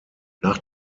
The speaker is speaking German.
nach